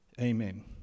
Amen